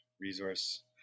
resource